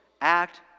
act